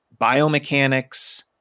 biomechanics